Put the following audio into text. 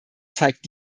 zeigt